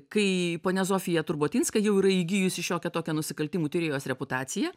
kai ponia zofija turbotinska jau yra įgijusi šiokią tokią nusikaltimų tyrėjos reputaciją